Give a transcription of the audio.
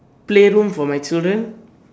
play room for my children